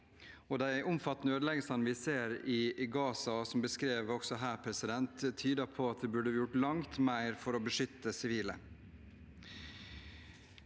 de omfattende ødeleggelsene vi ser i Gaza, som beskrevet også her, tyder på at vi burde ha gjort langt mer for å beskytte sivile.